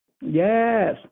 Yes